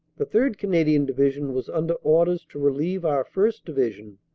the third. canadian division was under orders to relieve our first. division,